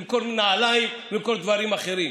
למכור נעליים ולמכור דברים אחרים.